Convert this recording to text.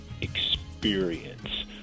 experience